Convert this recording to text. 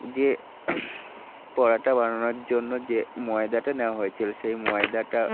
যে পরোটা বানানোর জন্য যে ময়দাটা নেওয়া হয়েছিল সেই ময়দাটা